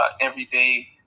everyday